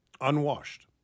Unwashed